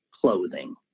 clothing